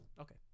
Okay